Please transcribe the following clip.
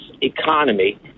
economy